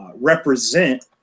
represent